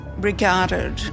regarded